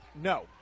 no